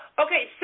Okay